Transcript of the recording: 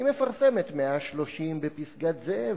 היא מפרסמת 130 בפסגת-זאב,